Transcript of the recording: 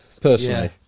personally